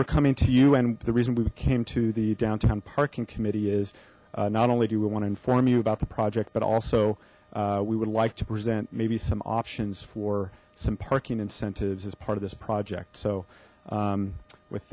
we're coming to you and the reason we came to the downtown parking committee is not only do we want to inform you about the project but also we would like to present maybe some options for some parking incentives as part of this project so with